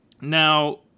Now